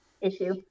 issue